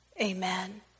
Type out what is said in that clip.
Amen